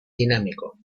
dinámico